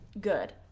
good